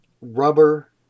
rubber